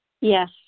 Yes